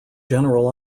general